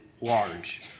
large